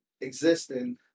existing